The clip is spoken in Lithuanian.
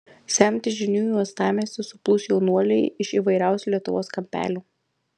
semtis žinių į uostamiestį suplūs jaunuoliai iš įvairiausių lietuvos kampelių